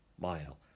mile